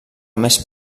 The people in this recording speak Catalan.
més